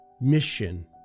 mission